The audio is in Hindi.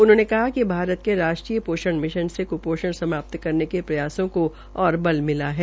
उन्होंने कहा कि भरत के राष्ट्रीय पोषण मिशन से कुपोषण समाप्त् करने के प्रयासों को और बल मिला है